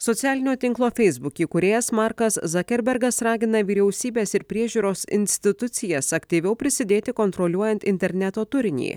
socialinio tinklo facebook įkūrėjas markas zakerbergas ragina vyriausybes ir priežiūros institucijas aktyviau prisidėti kontroliuojant interneto turinį